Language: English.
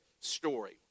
story